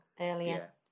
earlier